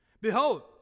Behold